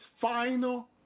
final